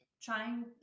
trying